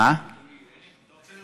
אנחנו יכולים להצביע.